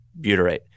butyrate